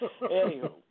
Anywho